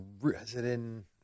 resident